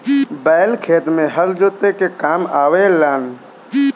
बैल खेत में हल जोते के काम आवे लनअ